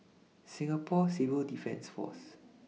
Singapore Civil Defence Force